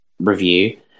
review